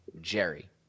Jerry